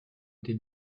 des